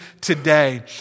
today